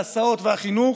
ההסעות והחינוך